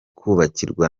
kubakirwa